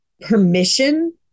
permission